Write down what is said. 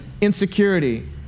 insecurity